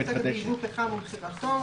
שעוסקת ביבוא פחם ומכירתו.